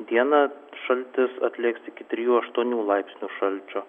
dieną šaltis atlėgs iki trijų aštuonių laipsnių šalčio